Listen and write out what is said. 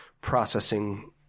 processing